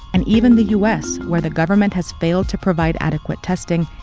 and even the us, where the government has failed to provide adequate testing,